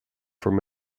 from